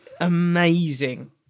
amazing